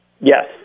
Yes